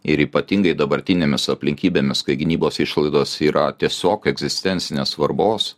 ir ypatingai dabartinėmis aplinkybėmis kai gynybos išlaidos yra tiesiog egzistencinės svarbos